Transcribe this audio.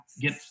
get